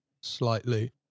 slightly